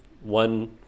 One